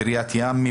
קריית ים.